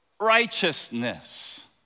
righteousness